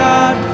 God